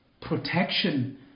protection